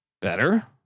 Better